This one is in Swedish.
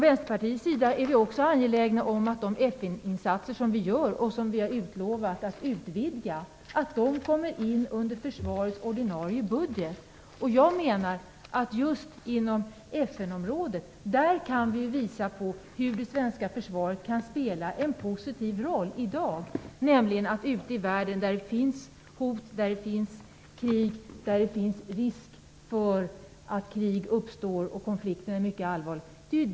Vänsterpartiet är också angeläget om att de FN insatser som vi gör, och som vi har lovat att utvidga, kommer in under försvarets ordinarie budget. Just inom FN-området kan vi visa hur det svenska försvaret i dag kan spela en positiv roll. Vi kan göra en positiv försvarsinsats ute i världen där det är krig eller där det finns risk för att krig uppstår och där konflikterna är mycket allvarliga.